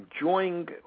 enjoying